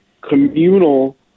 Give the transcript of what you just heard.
communal